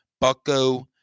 Bucko